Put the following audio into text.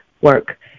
work